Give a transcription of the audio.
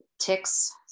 Ticks